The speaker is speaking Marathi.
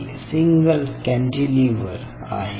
हे सिंगल कॅन्टीलिव्हर आहे